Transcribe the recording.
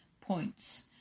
points